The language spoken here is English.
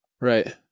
Right